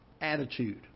attitude